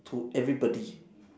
to everybody